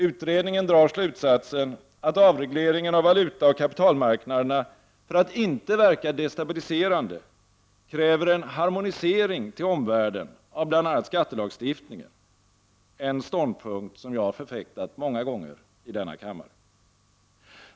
Utredningen drar slutsatsen att avregleringen av valutaoch kapitalmarknaderna för att inte verka destabiliserande kräver en harmonisering till omvärlden av bl.a. skattelagstiftningen — en ståndpunkt som jag förfäktat många gånger i denna kammare.